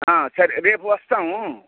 సరే రేపు వస్తాము